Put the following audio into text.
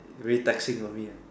very taxing on me